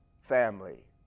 family